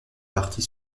partie